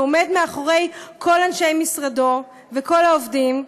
עומד מאחורי כל אנשי משרדו וכל העובדים,